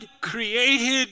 created